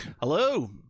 Hello